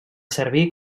servir